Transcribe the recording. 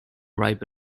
ripe